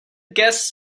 guest